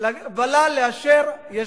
לאשר ול"ל.